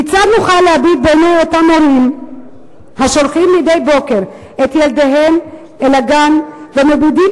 כיצד נוכל להביט בעיני אותם הורים השולחים מדי בוקר את ילדיהם לגן ומביטים